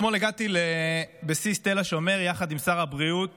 אתמול הגעתי לבסיס תל השומר יחד עם שר הבריאות